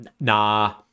nah